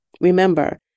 Remember